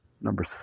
number